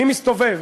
אני מסתובב,